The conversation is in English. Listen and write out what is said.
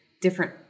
different